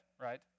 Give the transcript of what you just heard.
right